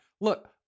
look